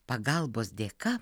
pagalbos dėka